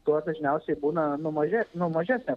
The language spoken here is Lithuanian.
tuo dažniausiai būna nu mažė nu mažesė